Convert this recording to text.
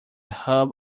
hub